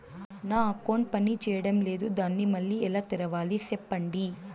నా అకౌంట్ పనిచేయడం లేదు, దాన్ని మళ్ళీ ఎలా తెరవాలి? సెప్పండి